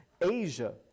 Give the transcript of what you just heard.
Asia